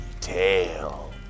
tell